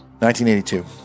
1982